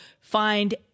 find